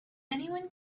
anyone